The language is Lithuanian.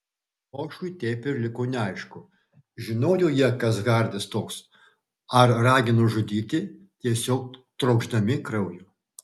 bošui taip ir liko neaišku žinojo jie kas hardis toks ar ragino žudyti tiesiog trokšdami kraujo